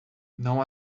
não